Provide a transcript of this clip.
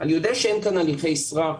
אני יודע שאין כאן הליכי סרק,